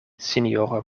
sinjoro